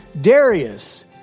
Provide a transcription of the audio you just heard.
Darius